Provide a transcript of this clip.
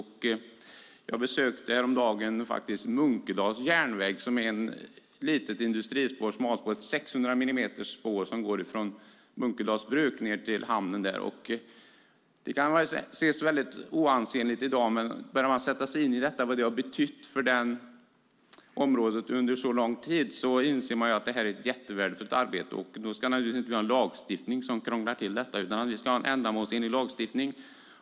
Häromdagen besökte jag Munkedals smalspåriga järnväg - ett 600-millimetersspår - som går från Munkedals bruk och ned till hamnen. Det hela kan ses som mycket oansenligt i dag. Men börjar man sätta sig in i vad detta arbete under en lång tid har betytt för området inser man att det är mycket värdefullt. Naturligtvis ska vi inte ha en lagstiftning som krånglar till detta, utan vi ska ha en ändamålsenlig lagstiftning.